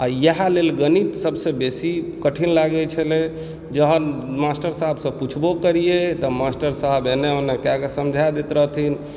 अऽ यहऽ लेल गणित सबसे बेसी कठिन लागय छेलै जखन मास्टर साहब से पुछबो करिये तऽ मास्टर साहब एने ओने कयऽ के समझा देत रहथिन